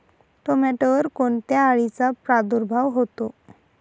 टोमॅटोवर कोणत्या अळीचा प्रादुर्भाव होतो?